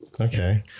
okay